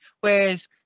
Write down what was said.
Whereas